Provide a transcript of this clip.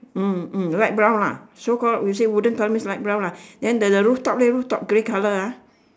hmm hmm light brown ah so called you say wooden colour means light brown lah then the the rooftop leh rooftop grey colour ah